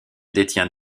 détient